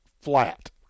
flat